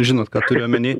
žinot ką turiu omeny